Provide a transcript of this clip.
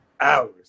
Hours